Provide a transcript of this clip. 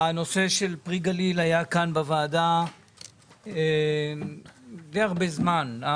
הנושא של פרי גליל היה כאן בוועדה די הרבה זמן.